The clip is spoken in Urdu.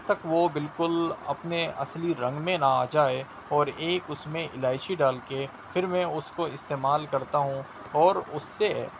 جب تک وہ بالکل اپنے اصلی رنگ میں نہ آ جائے اور ایک اس میں الائچی ڈال کے پھر میں اس کو استعمال کرتا ہوں اور اس سے